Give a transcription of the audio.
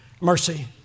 mercy